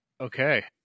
Okay